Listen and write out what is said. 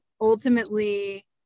ultimately